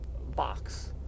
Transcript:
box